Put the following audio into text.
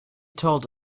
told